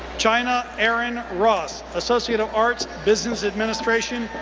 chynna erin ross, associate of arts, business administration,